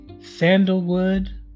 Sandalwood